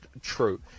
true